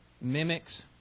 mimics